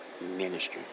ministry